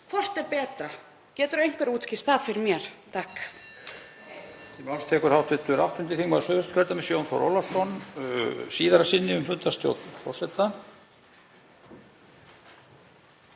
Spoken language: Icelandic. Hvort er betra? Getur einhver útskýrt það fyrir mér?